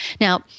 Now